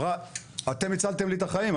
היא אמרה אתם הצלתם לי את החיים,